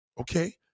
Okay